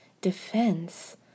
defense